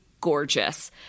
gorgeous